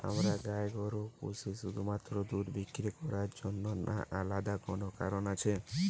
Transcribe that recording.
আমরা গাই গরু পুষি শুধুমাত্র দুধ বিক্রি করার জন্য না আলাদা কোনো কারণ আছে?